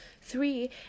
Three